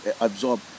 absorb